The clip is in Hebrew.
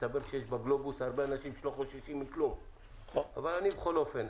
מסתבר שיש בגלובוס הרבה אנשים שלא חוששים מכלום אבל אני בכל אופן,